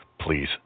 Please